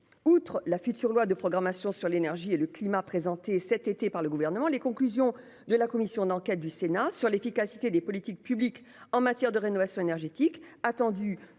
Outre la future loi de programmation sur l'énergie et le climat présenté cet été par le gouvernement. Les conclusions de la commission d'enquête du Sénat sur l'efficacité des politiques publiques en matière de rénovation énergétique attendu